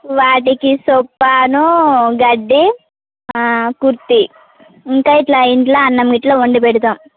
వాటికి సొప్పా గడ్డి కుడితి ఇంకా ఇట్లా ఇంట్లో అన్నం గిట్లా వండి పెడతాము